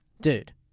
Dude